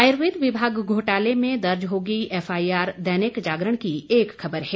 आयुर्वेद विभाग घोटाले में दर्ज होगी एफआईआर दैनिक जागरण की एक खबर है